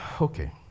okay